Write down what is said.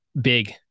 big